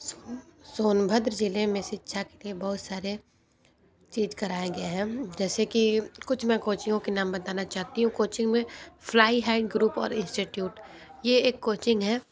सोन सोनभद्र ज़िले में शिक्षा के बहुत सारे चीज़ कराए गया हैं जैसे कि कुछ मैं कोचिंगों के नाम बताना चाहती हूँ कोचिंग में फ्लाई हाई ग्रुप और इंस्टिट्यूट यह एक कोचिंग है